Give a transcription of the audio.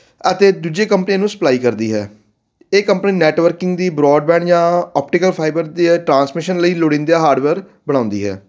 ਅਤੇ ਦੂਜੀ ਕੰਪਨੀ ਨੂੰ ਸਪਲਾਈ ਕਰਦੀ ਹੈ ਇਹ ਕੰਪਨੀ ਨੈਟਵਰਕਿੰਗ ਦੀ ਬਰੋਡਬੈਂਡ ਜਾਂ ਔਪਟੀਕਲ ਫਾਈਬਰ ਦੇ ਟਰਾਂਸਮਿਸ਼ਨ ਲਈ ਲੋੜੀਂਦਾ ਹਾਰਡਵੇਅਰ ਬਣਾਉਂਦੀ ਹੈ